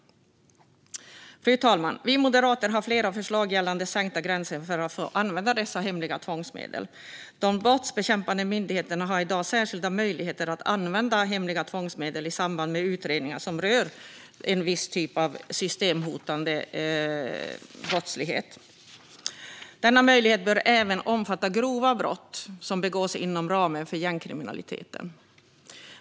Fru talman! Vi moderater har fler förslag gällande sänkta gränser för att få använda hemliga tvångsmedel. De brottsbekämpande myndigheterna har i dag särskilda möjligheter att använda hemliga tvångsmedel i samband med utredningar som rör en viss typ av systemhotande brottslighet. Denna möjlighet bör även omfatta grova brott som begås inom ramen för gängkriminalitet.